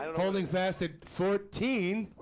and holding fast at fourteen.